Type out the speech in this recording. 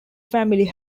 family